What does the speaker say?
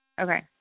Okay